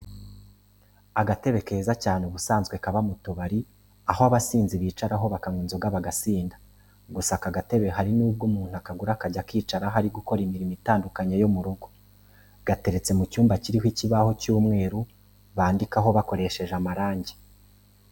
Agatebe keza cyane, ubusanzwe kaba mu tubari, aho abasinzi bicaraho bakanywa inzoga bagasinda, gusa aka gatebe hari nubwo umuntu akagura akajya akicaraho ari gukora imirimo itandukanye yo mu rugo. Gateretse mu cyumba kiriho ikibaho cy'umweru bandikaho bakoresheje amarange.